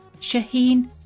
Shaheen